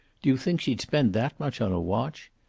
do you think she'd spend that much on a watch?